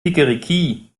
kikeriki